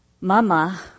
mama